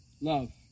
love